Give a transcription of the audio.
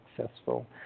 successful